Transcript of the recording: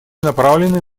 направлены